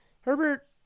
Herbert